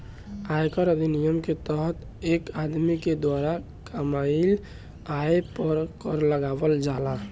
आयकर अधिनियम के तहत एक आदमी के द्वारा कामयिल आय पर कर लगावल जाला